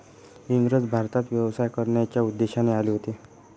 इंग्रज भारतात व्यवसाय करण्याच्या उद्देशाने आले होते